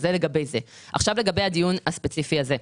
לגבי הדיון הספציפי הזה,